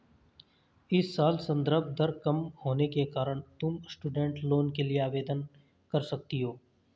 इस साल संदर्भ दर कम होने के कारण तुम स्टूडेंट लोन के लिए आवेदन कर सकती हो